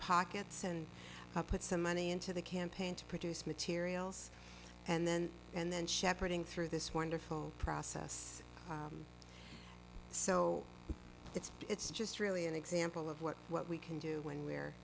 pockets and put some money into the campaign to produce materials and then and then shepherding through this wonderful process so that's it's just really an example of what what we can do when we're